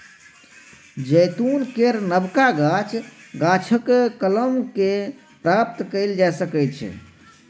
जैतून केर नबका गाछ, गाछकेँ कलम कए प्राप्त कएल जा सकैत छै